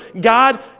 God